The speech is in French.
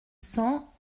cent